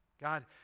God